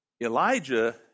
Elijah